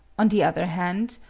on the other hand,